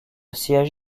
siège